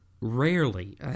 rarely